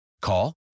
Call